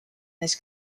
this